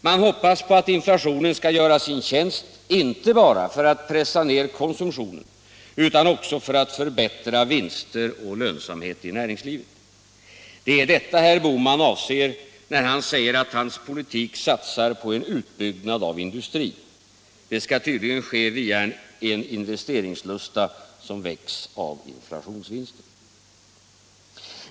Man hoppas på att inflationen skall göra sin tjänst inte bara för att pressa ner konsumtionen utan också för att förbättra vinster och lönsamhet i näringslivet. Det är detta herr Bohman avser när han säger att hans politik satsar på en utbyggnad av industrin. Det skall tydligen ske via en investeringslusta som väcks av inflationsvinster.